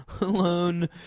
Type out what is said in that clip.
alone